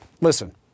Listen